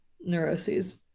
neuroses